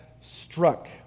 struck